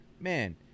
man